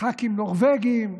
ח"כים נורבגים,